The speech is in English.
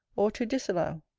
or to disallow.